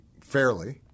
fairly